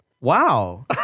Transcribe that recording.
Wow